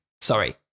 Sorry